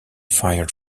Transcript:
fired